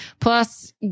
plus